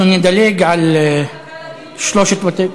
אנחנו נדלג על שלושה בתי,